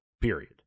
Period